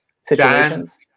situations